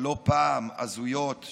הלא-פעם הזויות,